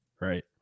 right